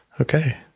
Okay